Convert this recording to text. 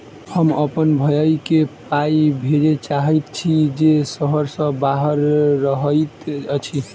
हम अप्पन भयई केँ पाई भेजे चाहइत छि जे सहर सँ बाहर रहइत अछि